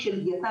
תקציבים,